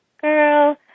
Girl